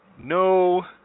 no